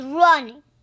running